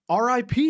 RIP